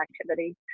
activity